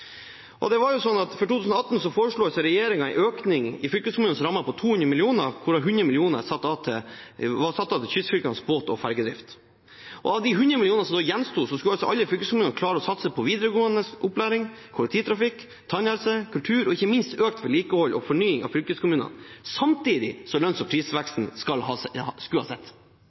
For 2018 foreslo regjeringen en økning i fylkeskommunenes rammer på 200 mill. kr, hvorav 100 mill. kr var satt av til kystfylkenes båt- og fergedrift. Og av de 100 mill. kr som da gjenstod, skulle altså alle fylkeskommunene klare å satse på videregående opplæring, kollektivtrafikk, tannhelse, kultur og ikke minst økt vedlikehold og fornying av fylkesveiene – samtidig som lønns- og prisveksten skulle ha